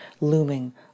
looming